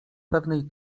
pewnej